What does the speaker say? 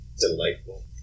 delightful